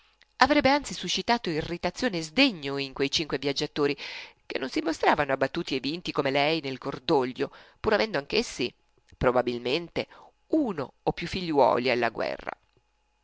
avrebbe anzi suscitato irritazione e sdegno in quei cinque viaggiatori che non si mostravano abbattuti e vinti come lei nel cordoglio pur avendo anch'essi probabilmente uno o più figliuoli alla guerra